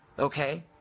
Okay